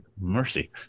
mercy